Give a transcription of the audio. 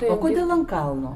o kodėl ant kalno